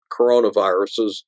coronaviruses